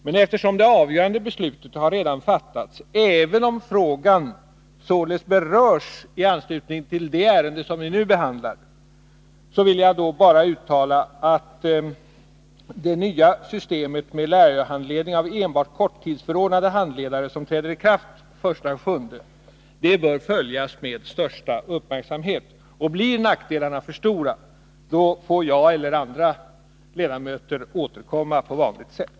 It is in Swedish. Men eftersom det avgörande beslutet redan har fattats — även om frågan således berörs i anslutning till det ärende som vi nu behandlar — vill jag bara uttala att det nya systemet med lärarhandledning av enbart korttidsförordnade handledare som träder i kraft den 1 juli bör följas med största uppmärksamhet. Blir nackdelarna för stora, får jag eller andra ledamöter återkomma på vanligt sätt.